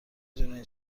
دونین